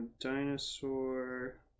Dinosaur